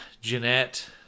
Jeanette